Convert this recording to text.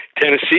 Tennessee